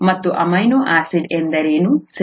ಮತ್ತು amino acid ಎಂದರೇನು ಸರಿ